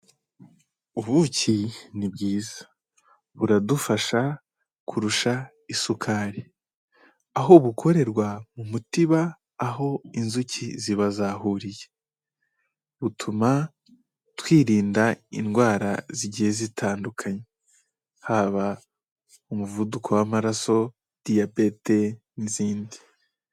Ubuki ni bwiza. Buradufasha kurusha isukari, aho bukorerwa mu mutiba aho inzuki ziba zahuriye. Butuma twirinda indwara zigiye zitandukanye, haba umuvuduko w'amaraso, diyabete n'izindi.